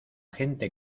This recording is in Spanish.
gente